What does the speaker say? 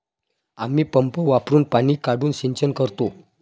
आम्ही पंप वापरुन पाणी काढून सिंचन करतो